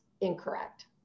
incorrect